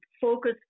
focus